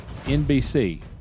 nbc